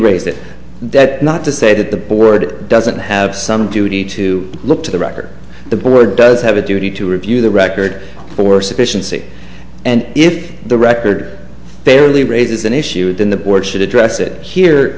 raise that that not to say that the board doesn't have some duty to look to the record the board does have a duty to review the record for sufficiency and if the record barely raises an issue then the board should address it here